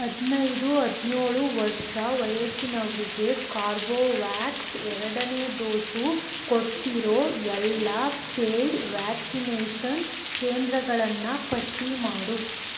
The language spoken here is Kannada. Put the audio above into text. ಹದಿನೈದು ಹದಿನೇಳು ವರ್ಷ ವಯಸ್ಸಿನವರಿಗೆ ಕಾರ್ಬೋವ್ಯಾಕ್ಸ್ ಎರಡನೇ ಡೋಸ್ ಕೊಡ್ತಿರೋ ಎಲ್ಲ ಪೇಯ್ಡ್ ವ್ಯಾಕ್ಸಿನೇಷನ್ ಕೇಂದ್ರಗಳನ್ನು ಪಟ್ಟಿ ಮಾಡು